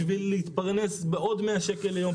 בשביל להתפרנס בעוד 100 שקל ליום,